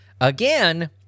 Again